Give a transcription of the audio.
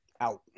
out